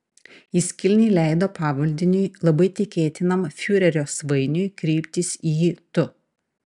jis kilniai leido pavaldiniui labai tikėtinam fiurerio svainiui kreiptis į jį tu